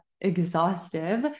exhaustive